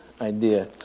idea